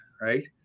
right